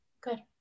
Good